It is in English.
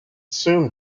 soon